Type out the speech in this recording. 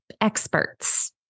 experts